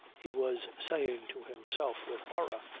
he was saying to himself with horror.